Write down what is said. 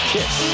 Kiss